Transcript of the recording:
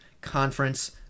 conference